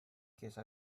case